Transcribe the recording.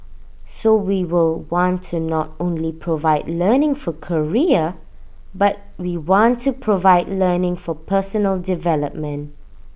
so we will want to not only provide learning for career but we want to provide learning for personal development